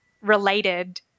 related